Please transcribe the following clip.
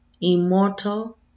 immortal